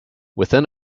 within